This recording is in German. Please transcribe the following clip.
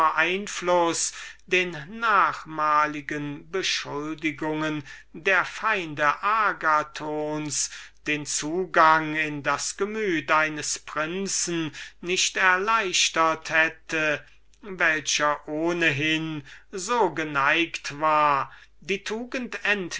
folge den beschuldigungen der feinde agathons den zugang in das gemüt eines prinzen nicht erleichtert hätte